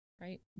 Right